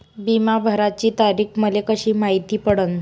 बिमा भराची तारीख मले कशी मायती पडन?